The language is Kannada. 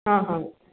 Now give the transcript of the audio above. ಹಾಂ ಹಾಂ